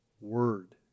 word